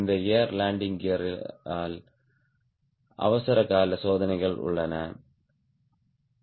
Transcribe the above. இந்த air landing கியரில் அவசரகால சோதனை உள்ளது